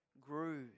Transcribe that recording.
grew